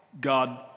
God